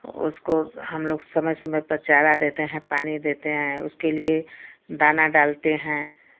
उसको हमलोग समय समय पर चारा देते हैं पानी देते हैं उसके लिये दाना डालते हैं